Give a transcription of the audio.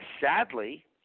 Sadly